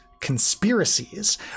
Conspiracies